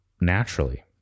naturally